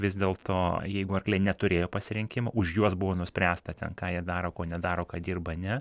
vis dėlto jeigu arkliai neturėjo pasirinkimo už juos buvo nuspręsta ten ką jie daro ko nedaro ką dirba ne